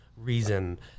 reason